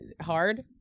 hard